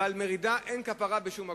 ועל מרידה אין כפרה בשום מקום.